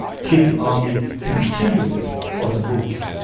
keep your army continually on the move,